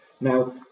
Now